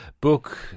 book